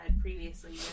previously